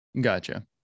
Gotcha